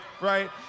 right